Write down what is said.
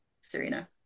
Serena